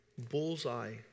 bullseye